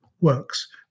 works